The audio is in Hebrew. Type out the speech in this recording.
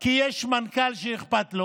כי יש מנכ"ל שאכפת לו